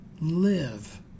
live